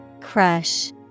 Crush